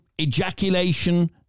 Ejaculation